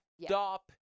Stop